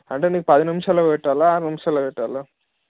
అంటే నిన్ను పది నిమిషాల్లో పెట్టాలా ఆరు నిమిషాల్లో పెట్టాలా